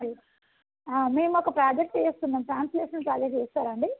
hello మేము ఒక project చేస్తున్నాం ట్రాన్స్లేషన్ ప్రాజెక్ట్ చేస్తారండి